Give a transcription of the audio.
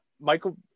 Michael